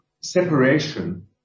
separation